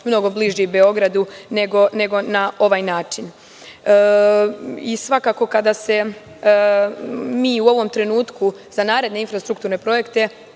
mnogo bliži Beogradu nego na ovaj način. Svakako kada se mi u ovom trenutku, za naredne infrastrukturne projekte